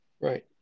Right